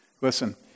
Listen